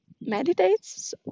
meditates